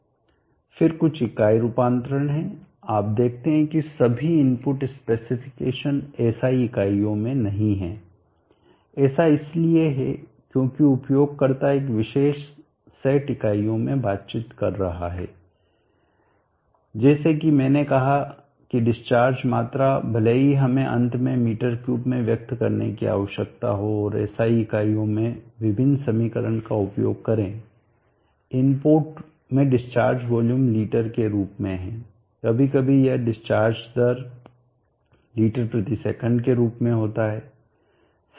फिर कुछ इकाई रूपांतरण हैं आप देखते हैं कि सभी इनपुट स्पेसिफिकेशन एसआई इकाइयों में नहीं हैं ऐसा इसलिए है क्योंकि उपयोगकर्ता एक विशेष सेट इकाइयों में बातचीत कर रहा है जैसे कि मैंने कहा कि डिस्चार्ज मात्रा भले ही हमें अंत में m3 में व्यक्त करने की आवश्यकता हो और SI इकाइयों में विभिन्न समीकरणका उपयोग करें इनपुट में डिस्चार्ज वॉल्यूम लीटर के रूप में है कभी कभी यह डिस्चार्ज दर के लिए लीटर सेकंड के रूप में होता है